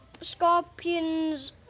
scorpion's